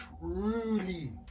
truly